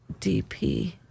DP